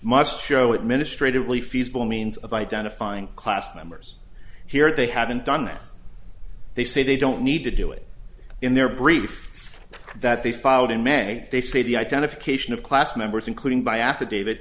must show administratively feasible means of identifying class members here they haven't done that they say they don't need to do it in their brief that they filed in may they say the identification of class members including by affidavit